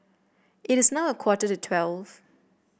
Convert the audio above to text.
it is now a quarter to twelve